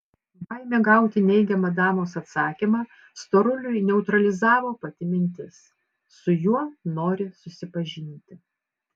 baimė gauti neigiamą damos atsakymą storuliui neutralizavo pati mintis su juo nori susipažinti